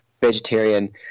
vegetarian